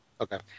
Okay